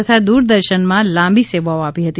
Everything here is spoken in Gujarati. તથા દ્વરદર્શનમાં લાંબી સેવાઓ આપી હતી